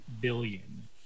billion